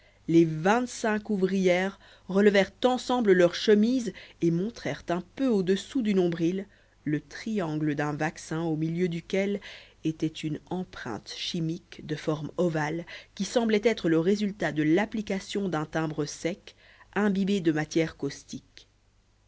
les vingt-cinq ouvrières relevèrent ensemble leur chemise et montrèrent un peu au-dessous du nombril le triangle d'un vaccin au milieu duquel était une empreinte chimique de forme ovale qui semblait être le résultat de l'application d'un timbre sec imbibé de matières caustiques